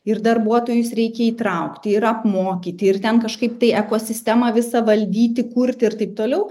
ir darbuotojus reikia įtraukti ir apmokyti ir ten kažkaip tai ekosistemą visą valdyti kurti ir taip toliau